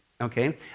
Okay